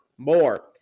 More